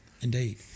Indeed